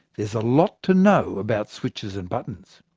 there's a lot to know about switches and buttons.